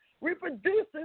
reproduces